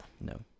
No